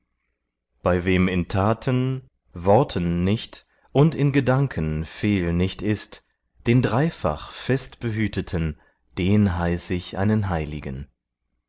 bei wem in taten worten nicht und in gedanken fehl nicht ist den dreifach fest behüteten den heiß ich einen heiligen